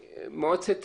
שממונה על האוכלוסייה